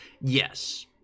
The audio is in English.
Yes